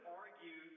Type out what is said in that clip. argue